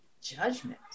judgment